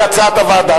כהצעת הוועדה.